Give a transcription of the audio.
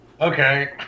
Okay